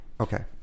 Okay